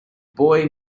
boy